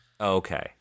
Okay